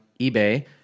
eBay